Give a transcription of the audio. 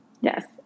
Yes